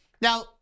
Now